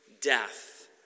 death